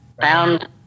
found